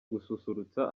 gususurutsa